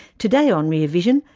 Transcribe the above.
today on rear vision,